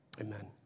amen